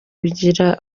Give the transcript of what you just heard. bigira